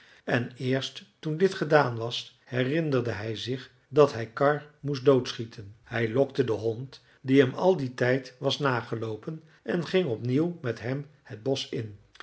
en eerst toen dit gedaan was herinnerde hij zich dat hij karr moest doodschieten hij lokte den hond die hem al dien tijd was nageloopen en ging opnieuw met hem het bosch in